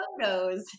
photos